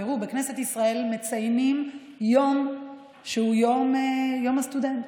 תראו, בכנסת ישראל מציינים יום שהוא יום הסטודנט.